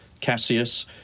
Cassius